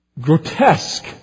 grotesque